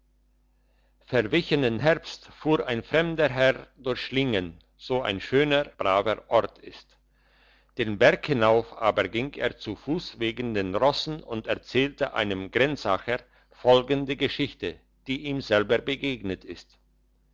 verwichenen herbst fuhr ein fremder herr durch schliengen so ein schöner braver ort ist den berg hinauf aber ging er zu fuss wegen den rossen und erzählte einem grenzacher folgende geschichte die ihm selber begegnet ist